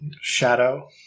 shadow